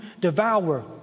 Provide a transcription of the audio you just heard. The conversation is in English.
devour